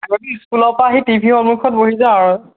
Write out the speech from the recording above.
আগতে ইস্কুলৰ পৰা আহি টিভিৰ সন্মুখত বহি যাও আৰু